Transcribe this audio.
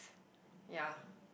yeah